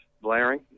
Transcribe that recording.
blaring